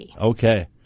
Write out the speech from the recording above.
Okay